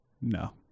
No